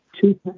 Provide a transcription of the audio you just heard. Two